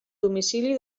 domicili